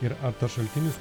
ir ar tas šaltinis